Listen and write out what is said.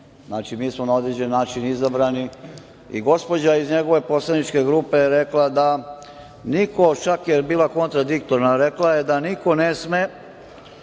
znači mi smo na određen način izabrani i gospođa iz njegove poslaničke grupe je rekla da niko čak je bila kontradiktorna, rekla je da niko ne sme